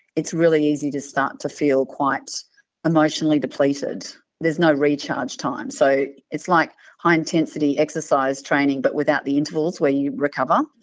it's really easy to start to feel quite emotionally depleted. there's no recharge time. so it's like high intensity exercise training, but without the intervals where you recover.